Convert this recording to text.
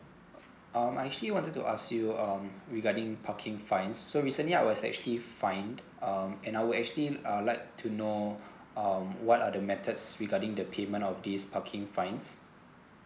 um I actually wanted to ask you um regarding parking fines so recently I was actually fined um and I will actually uh like to know um what are the methods regarding the payment of these parking fines